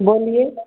बोलिए